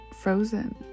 frozen